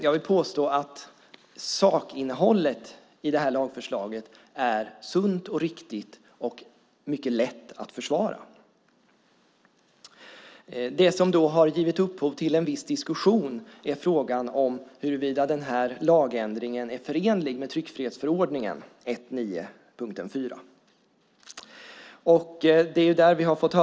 Jag vill påstå att lagförslagets sakinnehåll är sunt och riktigt och även mycket lätt att försvara. Det som gett upphov till viss diskussion är frågan om huruvida den här lagändringen är förenlig med 1 kap. 9 § 4 tryckfrihetsförordningen.